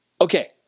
Okay